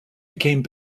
became